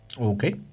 okay